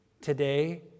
today